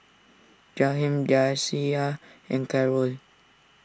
Jaheem Deasia and Carroll